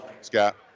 Scott